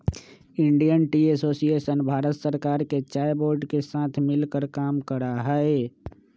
Indian Tea Association Bharat सरकार के चाय बोर्ड के साथ मिलकर काम करा हई